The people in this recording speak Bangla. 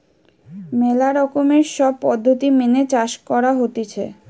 ম্যালা রকমের সব পদ্ধতি মেনে চাষ করা হতিছে